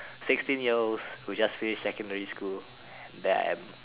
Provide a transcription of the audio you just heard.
sixteen year olds who have just finished secondary school damn